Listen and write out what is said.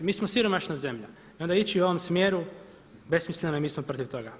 Mi smo siromašna zemlja i onda ići u ovom smjeru besmisleno je i mi smo protiv toga.